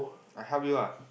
I help you ah